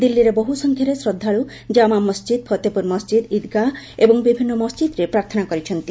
ଦିଲ୍ଲୀରେ ବହୁ ସଂଖ୍ୟାରେ ଶ୍ରଦ୍ଧାଳୁ ଜାମା ମସ୍ଜିଦ୍ ଫତେପୁର ମସ୍ଜିଦ୍ ଇଦ୍ଗାହ ଏବଂ ବିଭିନ୍ନ ମସ୍ଜିଦରେ ପ୍ରାର୍ଥନା କରିଛନ୍ତି